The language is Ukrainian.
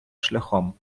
шляхом